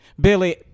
Billy